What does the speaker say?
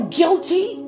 guilty